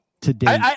today